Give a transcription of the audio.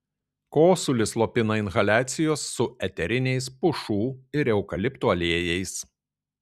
kosulį slopina inhaliacijos su eteriniais pušų ir eukaliptų aliejais